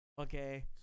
Okay